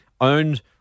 owned